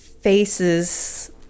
faces